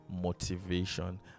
motivation